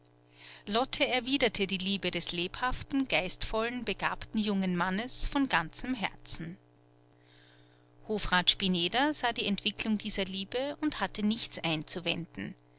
lotte erwiderte die liebe des lebhaften geistvollen begabten jungen mannes von ganzem herzen hofrat spineder sah die entwicklung dieser liebe und hatte nichts einzuwenden